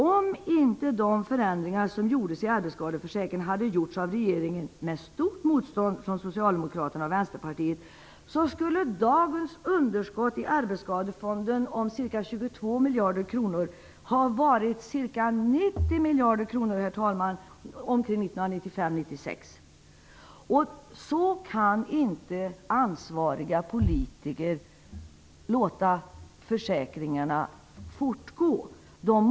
Om inte de förändringarna i arbetsskadeförsäkringen hade genomförts av regeringen, med stort motstånd från miljarder kronor ha varit ca 90 miljarder kronor omkring 1995-96. Så kan inte ansvariga politiker låta försäkringarna löpa i väg.